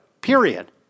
period